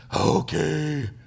Okay